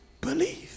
believe